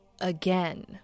again